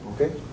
Okay